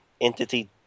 entity